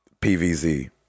PVZ